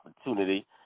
opportunity